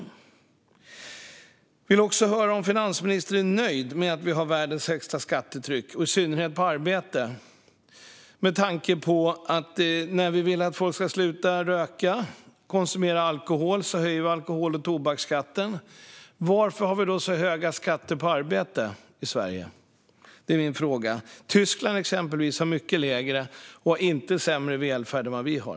Jag vill också höra om finansministern är nöjd med att Sverige har världens högsta skattetryck, i synnerhet på arbete? Jag ställer frågan med tanke på att när vi vill att folk ska sluta röka och konsumera alkohol höjer vi alkohol och tobaksskatten. Varför har vi då så höga skatter på arbete i Sverige? Det är min fråga. Tyskland, exempelvis, har mycket lägre skatter och inte sämre välfärd än vad Sverige har.